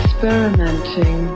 experimenting